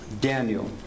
Daniel